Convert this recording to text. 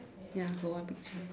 ya got one picture